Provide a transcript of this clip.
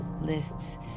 lists